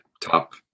top